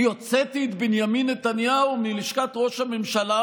אני הוצאתי את בנימין נתניהו מלשכת ראש הממשלה,